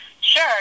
Sure